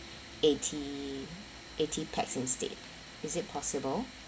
eighty eighty pax instead is it possible